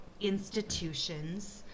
institutions